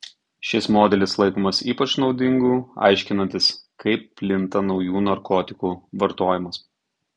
šis modelis laikomas ypač naudingu aiškinantis kaip plinta naujų narkotikų vartojimas